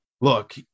look